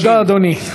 תודה, אדוני.